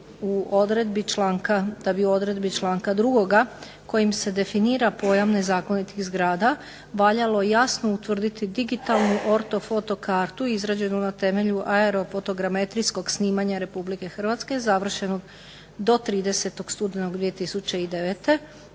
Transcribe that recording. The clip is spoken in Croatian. da bi u odredbi članka 2. kojim se definira pojam nezakonitih zgrada valjalo jasno utvrditi digitalnu ortofoto kartu izrađenu na temelju aero fotogrametrijskog snimanja Republike Hrvatske završenog do 30. studenog 2009.